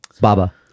baba